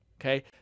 Okay